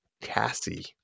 Cassie